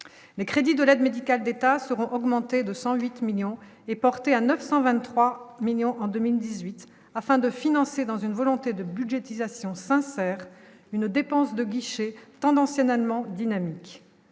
les crédits de l'aide médicale d'État seront augmentés de 108 millions et porté à 923 millions en 2018 afin de financer dans une volonté de budgétisation sincère une dépense de guichet tendancieux dynamique,